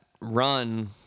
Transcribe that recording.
run